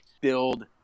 build